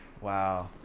Wow